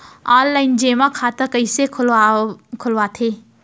Online जेमा खाता कइसे खोलवाथे?